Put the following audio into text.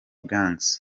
gangz